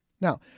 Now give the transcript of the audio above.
Now